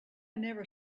never